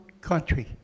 country